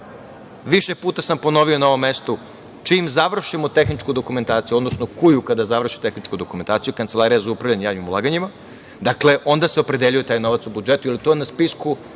više puta sam ponovio na ovom mestu, čim završimo tehničku dokumentaciju, odnosno KUJU kada završi tehničku dokumentaciju, Kancelarija za upravljanje javnim ulaganjima, dakle onda se opredeljuje taj novac u budžetu, jer to je na spisku